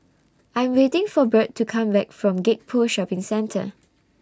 I Am waiting For Bird to Come Back from Gek Poh Shopping Centre